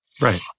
right